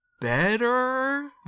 better